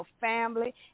family